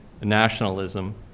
nationalism